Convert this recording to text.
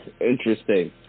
interesting